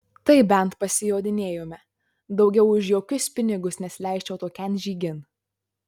tai bent pasijodinėjome daugiau už jokius pinigus nesileisčiau tokian žygin